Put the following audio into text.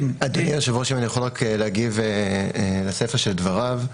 אדוני היושב-ראש, אני רוצה להגיב לסיפה של דבריו.